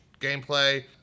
gameplay